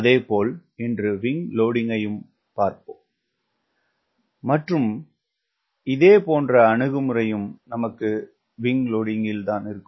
அதே போல் இன்று விங்க் லோடிங்கையும் பார்ப்போம் மற்றும் இதேபோன்ற அணுகுமுறையும் நமக்கு விங் லோடிங்கில் இருக்கும்